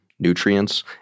nutrients